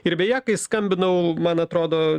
ir beje kai skambinau man atrodo